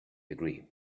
agree